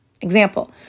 Example